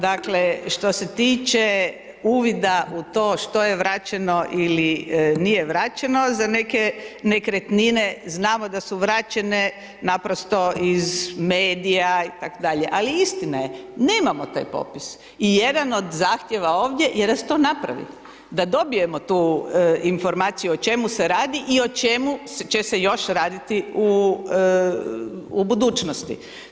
Dakle, što se tiče uvida u to što je vraćeno ili nije vraćene, za neke nekretnine znamo da su vraćane naprosto iz medija itd., ali istina je, nemamo taj popis i jedan od zahtjeva ovdje je da se to napravi, da dobijemo tu informaciju o čemu se radi i o čemu će se još raditi u budućnosti.